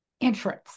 entrance